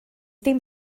dim